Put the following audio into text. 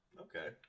Okay